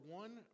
one